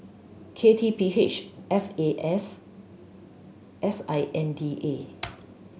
K T P H F A S S I N D A